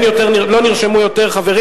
לא נרשמו יותר חברים.